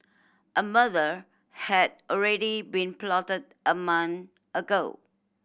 a murder had already been plotted a month ago